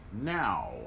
now